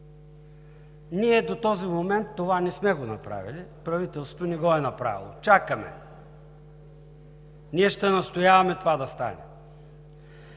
Ние до този момент това не сме направили, правителството не го е направило. Чакаме! Ние ще настояваме това да стане.